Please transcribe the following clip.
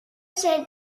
ser